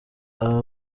aba